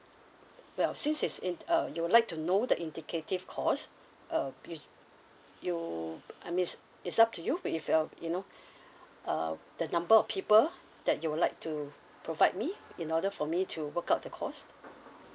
well since it's in uh you would like to know the indicative cost uh if you I means it's up to you if you're you know uh the number of people that you would like to provide me in order for me to work out the cost